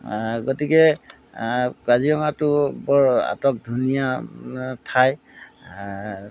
গতিকে কাজিৰঙাটো বৰ আটকধুনীয়া ঠাই